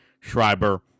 Schreiber